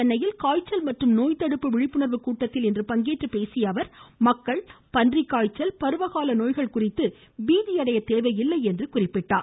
சென்னையில் காய்ச்சல் மற்றும் நோய்த்தடுப்பு விழிப்புணர்வு கூட்டத்தில் பங்கேற்று பேசிய அவர் மக்கள் பன்றிக்காய்ச்சல் பருவ கால நோய்கள் குறித்து பீதியடையத் தேவையில்லை என்று குறிப்பிட்டார்